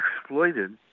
exploited